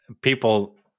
people